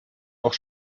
auch